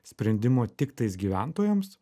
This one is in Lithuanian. sprendimo tiktais gyventojams